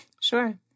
Sure